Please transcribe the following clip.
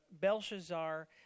Belshazzar